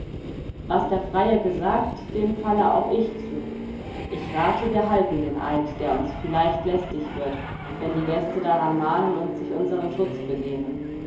was der freie gesagt dem falle auch ich zu ich rate wir halten den eid der uns vielleicht lästig wird wenn die gäste daran mahnen und sich unsern schutz begehren